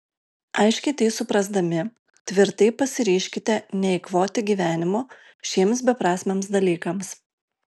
aiškiai tai suprasdami tvirtai pasiryžkite neeikvoti gyvenimo šiems beprasmiams dalykams